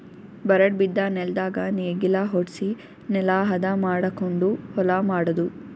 ಬರಡ್ ಬಿದ್ದ ನೆಲ್ದಾಗ ನೇಗಿಲ ಹೊಡ್ಸಿ ನೆಲಾ ಹದ ಮಾಡಕೊಂಡು ಹೊಲಾ ಮಾಡದು